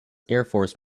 airforce